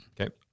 Okay